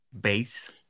Base